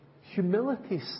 humility